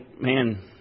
man